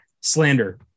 slander